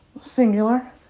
singular